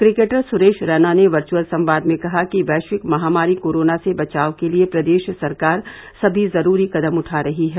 cricketer Suresh Raina ने virtual संवाद में कहा कि वैश्विक महानारी कोरोना से बचाव के लिये प्रदेश सरकार समी जरूरी कदम उठा रही है